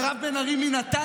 מירב בן ארי מנתניה,